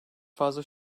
fazla